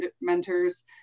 mentors